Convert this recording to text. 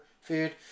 food